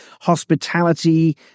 hospitality